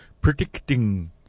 predicting